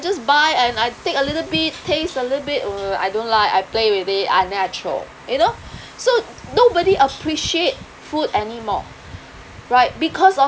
just buy and I take a little bit taste a little bit err I don't like I play with it I then I throw you know so nobody appreciate food anymore right because of